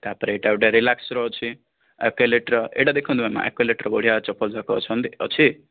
ତା ପରେ ଏଇଟା ଗୋଟେ ରିଲାକ୍ସର ଅଛି ଅକ୍ଵାଲାଇଟର ଏଇଟା ଦେଖନ୍ତୁ ମ୍ୟାମ ଆକ୍ଵାଲାଇଟର ବଢ଼ିଆ ଚପଲ ଯାକ ଅଛନ୍ତି ଅଛି